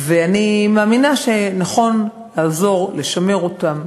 ואני מאמינה שנכון לעזור לשמר אותן.